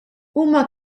huma